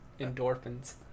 endorphins